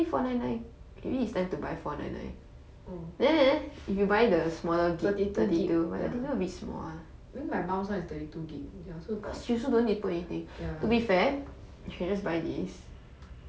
but still need to add stuff [one] oh oh thirty two GB ya I think my mum's [one] is thirty two GB ya